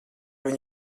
viņu